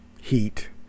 Heat